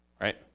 Right